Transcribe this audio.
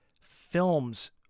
films